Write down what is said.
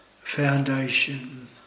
foundation